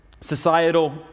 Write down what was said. societal